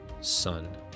son